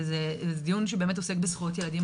וזה דיון שבאמת עוסק בזכויות ילדים.